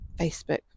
facebook